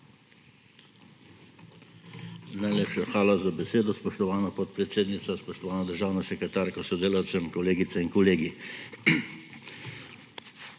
Najlepša hvala za besedo, spoštovana podpredsednica. Spoštovana državna sekretarka s sodelavcem, kolegice in kolegi!